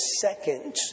second